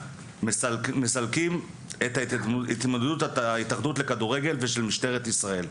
מסלקים את התמודדות ההתאחדות לכדורגל ומשטרת ישראל.